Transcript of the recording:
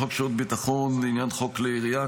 בחוק שירות ביטחון לעניין חוק כלי הירייה,